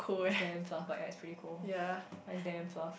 is damn floss but ya it's pretty cool but it's damn floss